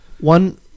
One